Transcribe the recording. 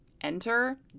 Enter